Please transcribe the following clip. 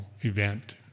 event